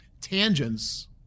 tangents